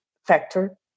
Factor